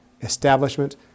establishment